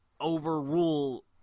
overrule